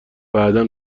بعدا